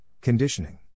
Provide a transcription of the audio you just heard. conditioning